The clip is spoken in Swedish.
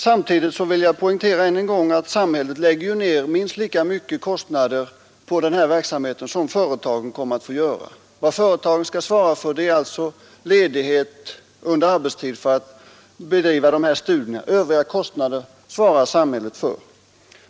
Samtidigt vill jag poängtera ännu en gång att samhället ju lägger ned minst lika mycket i kostnader på denna verksamhet som företagen kommer att få göra. Vad företagen skall svara för är alltså ledighet under arbetstid för bedrivande av de här studierna. Övriga kostnader svarar samhället för.